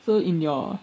so in your